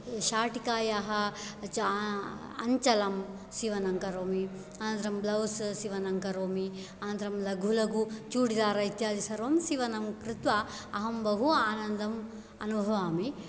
शाटिकायाः च अञ्चलं सीवनं करोमि अनन्तरं ब्लौस् सीवनं करोमि अनन्तरं लघु लघु चूडिदार् इत्यादि सर्वं सीवनं कृत्वा अहं बहु आनन्दम् अनुभवामि